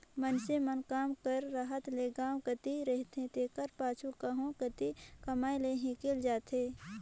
मइनसे मन काम कर रहत ले गाँव कती रहथें तेकर पाछू कहों कती कमाए लें हिंकेल जाथें